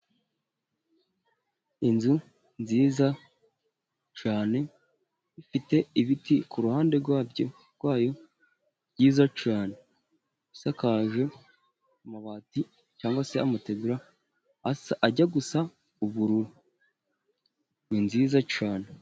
Inzu nziza cyane ifite ibiti ku ruhande rwabyo, rwayo byiza cyane, isakaje amabati cyangwa se amutegura asa, ajya gusa ubururu, ni nziza cyane.